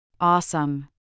Awesome